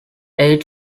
eight